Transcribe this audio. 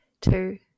two